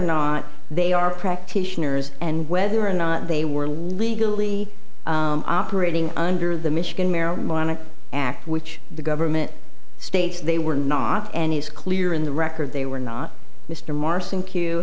not they are practitioners and whether or not they were legally operating under the michigan marijuana act which the government states they were not and it's clear in the record they were not mr mar